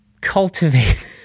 cultivate